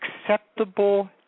acceptable